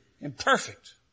imperfect